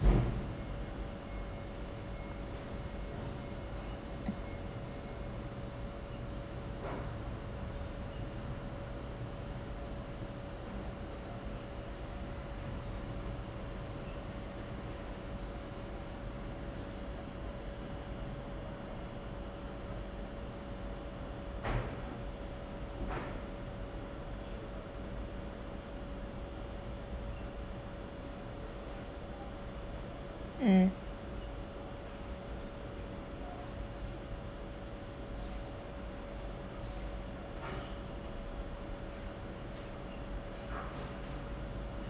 um